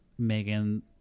megan